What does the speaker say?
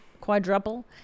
quadruple